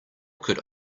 could